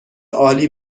عالی